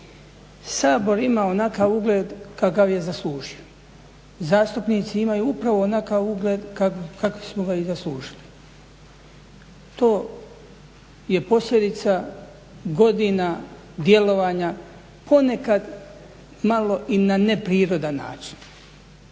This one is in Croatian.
Sabor ima onakav ugled kakav je zaslužio, zastupnici imaju upravo onakav ugled kakvi su ga i zaslužili. To je posljedica godina djelovanja, ponekad malo i na neprirodan način.